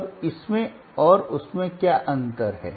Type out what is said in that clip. अब इसमें और उसमें क्या अंतर है